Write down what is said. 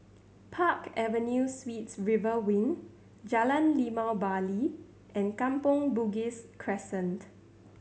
Park Avenue Suites River Wing Jalan Limau Bali and Kampong Bugis Crescent